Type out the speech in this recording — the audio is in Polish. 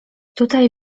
tutaj